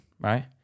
right